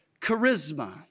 charisma